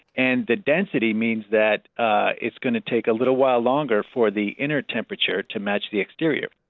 and the density means that ah it's going to take a little while longer for the inner temperature to match the exterior.